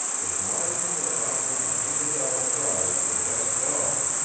if marden were offering a hundred dollar prize for the best dog,